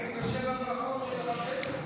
היינו בשבע ברכות של,